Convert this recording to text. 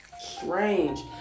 Strange